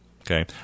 okay